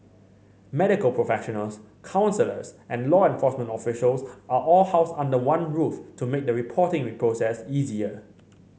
medical professionals counsellors and law enforcement officials are all housed under one roof to make the reporting process easier